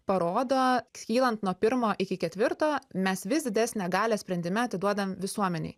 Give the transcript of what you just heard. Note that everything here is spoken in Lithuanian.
parodo kylant nuo pirmo iki ketvirto mes vis didesnę galią sprendime atiduodam visuomenei